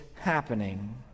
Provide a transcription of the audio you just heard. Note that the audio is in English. happening